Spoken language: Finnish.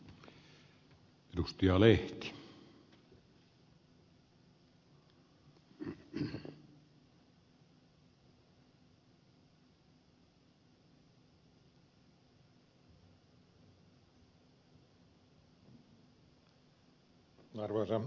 arvoisa herra puhemies